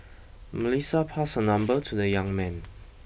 Melissa passed her number to the young man